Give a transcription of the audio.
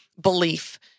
belief